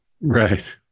Right